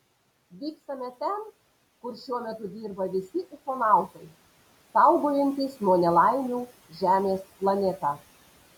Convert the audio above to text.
vykstame ten kur šiuo metu dirba visi ufonautai saugojantys nuo nelaimių žemės planetą